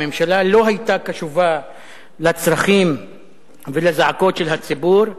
הממשלה לא היתה קשובה לצרכים ולזעקות של הציבור,